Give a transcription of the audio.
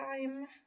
time